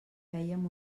fèiem